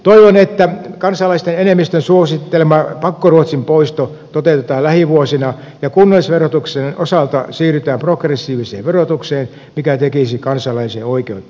toivon että kansalaisten enemmistön suosittelema pakkoruotsin poisto toteutetaan lähivuosina ja kunnallisverotuksen osalta siirrytään progressiiviseen verotukseen mikä tekisi kansalaisille oikeutta